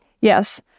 Yes